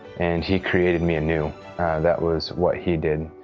and he created me a new that was what he did.